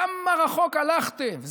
כמה רחוק הלכתם,